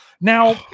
now